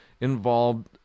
involved